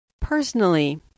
Personally